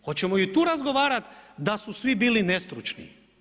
Hoćemo i tu razgovarat da su svi bili nestručni.